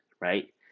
right